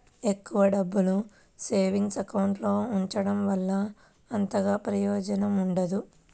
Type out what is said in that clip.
ఎక్కువ డబ్బుల్ని savings account లో ఉంచడం వల్ల అంతగా ప్రయోజనం ఉండదు